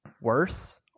worse